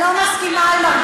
לפחות לנו יש אומץ לעשות משהו.